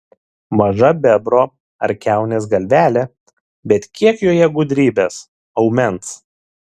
maža bebro ar kiaunės galvelė bet kiek joje gudrybės aumens